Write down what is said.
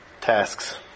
tasks